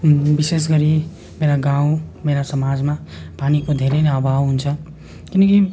विशेष गरी मेरो गाउँ मेरो समाजमा पानीको धेरै नै अभाव हुन्छ किनकि